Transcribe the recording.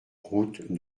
route